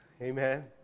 amen